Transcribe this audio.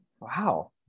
Wow